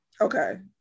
Okay